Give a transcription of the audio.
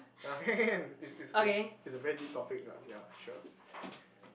ah can can can can is is is a very deep topic ah ya sure